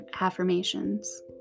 affirmations